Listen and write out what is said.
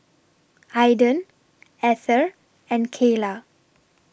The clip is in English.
Aiden Ether and Keila